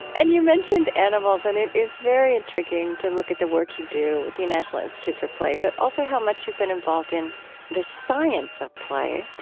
and you mentioned animals. and it is very intriguing to look at the work you do with the national institute for play, but also how much you've been involved in the science of play,